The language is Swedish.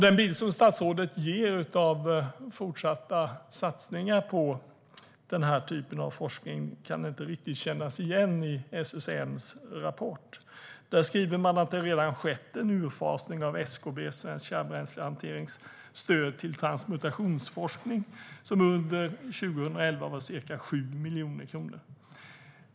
Den bild som statsrådet ger av fortsatta satsningar på den här typen av forskning kan inte riktigt kännas igen i SSM:s rapport. Där skriver man att det redan skett en urfasning av SKB:s, Svensk Kärnbränslehanterings, stöd till transmutationsforskning som under 2011 var ca 7 miljoner kronor.